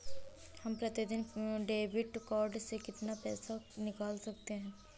हम प्रतिदिन debit card से कितना पैसा निकाल सकते हैं?